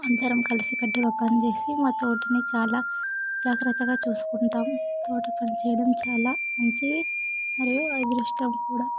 అందరం కలిసికట్టుగా పని చేసి మా తోటని చాలా జాగ్రత్తగా చూసుకుంటాము తోట పని చేయడం చాలా మంచిది మరియు అదృష్టం కూడా